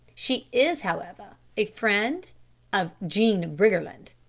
she is, however, a friend of jean briggerland.